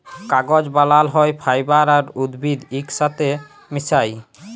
কাগজ বালাল হ্যয় ফাইবার আর উদ্ভিদ ইকসাথে মিশায়